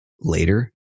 Later